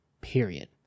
period